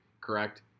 correct